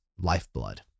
lifeblood